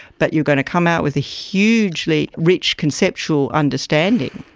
but you're going to come out with a hugely rich conceptual understanding.